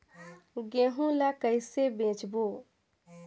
गहूं ला कइसे बेचबो?